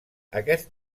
aquest